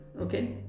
okay